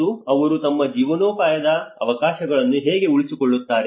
ಮತ್ತು ಅವರು ತಮ್ಮ ಜೀವನೋಪಾಯದ ಅವಕಾಶಗಳನ್ನು ಹೇಗೆ ಉಳಿಸಿಕೊಳ್ಳುತ್ತಾರೆ